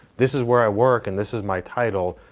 this is where i work. and this is my title,